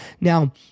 Now